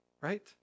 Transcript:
Right